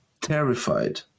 terrified